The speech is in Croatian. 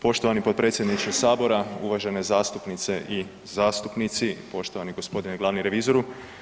Poštovani potpredsjedniče Sabora, uvažene zastupnice i zastupnici, poštovani g. glavni revizoru.